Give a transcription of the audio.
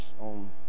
on